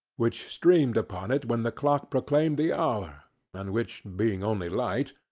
which streamed upon it when the clock proclaimed the hour and which, being only light,